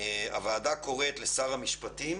הוועדה קוראת לשר המשפטים